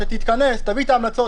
שתביא את ההמלצות,